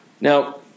Now